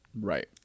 right